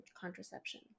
contraception